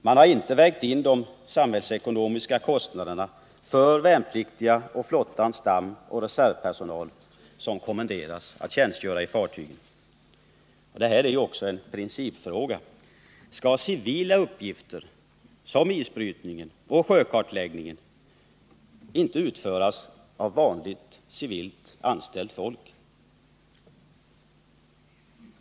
Man har inte vägt in de samhällsekonomiska kostnaderna för värnpliktiga och för flottans stamoch reservpersonal, som kommenderas att tjänstgöra på fartygen. Det här är också en principfråga: Skall civila uppgifter som isbrytning och sjökartläggning inte utföras av vanligt civilt anställt folk?